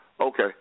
Okay